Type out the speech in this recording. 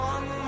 One